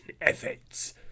efforts